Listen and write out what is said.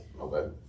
Okay